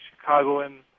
Chicagoan